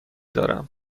دارم